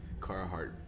Carhartt